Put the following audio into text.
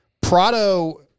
Prado